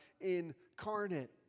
incarnate